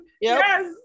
Yes